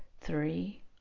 three